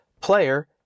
player